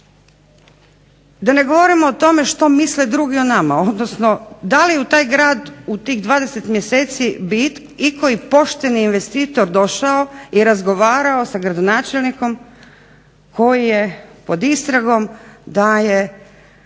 da ne govorimo o tome što misle drugi o nama, odnosno da li u taj grad u tih 20 mjeseci bi ikoji pošteni investitor došao i razgovarao sa gradonačelnikom koji je pod istragom da je